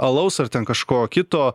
alaus ar ten kažko kito